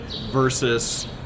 versus